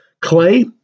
Clay